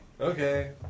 okay